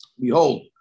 behold